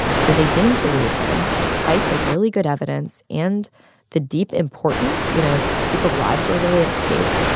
so they didn't believe him despite the really good evidence and the deep importance. you know, people's lives were really at stake.